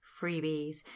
freebies